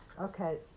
Okay